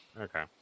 Okay